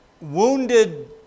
wounded